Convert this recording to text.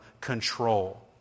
control